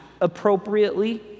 appropriately